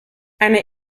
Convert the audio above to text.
eine